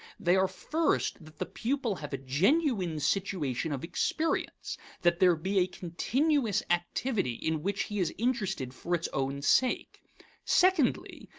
they are first that the pupil have a genuine situation of experience that there be a continuous activity in which he is interested for its own sake secondly,